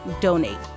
donate